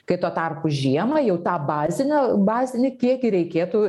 kai tuo tarpu žiemą jau tą bazinę bazinį kiekį reikėtų